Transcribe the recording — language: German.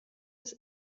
des